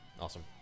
awesome